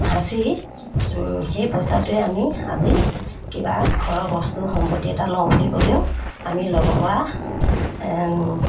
সাঁচি সেই পইচাটোৱে আমি আজি কিবা ঘৰৰ বস্তু সম্পত্তি এটা লওঁ বুলি ক'লেও আমি ল'বপৰা